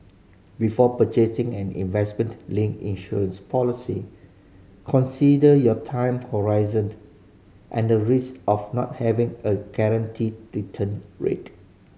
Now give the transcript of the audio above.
before purchasing and investment linked insurance policy consider your time horizon and the risk of not having a guaranteed return rate